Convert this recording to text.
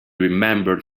remembered